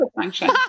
function